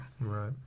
Right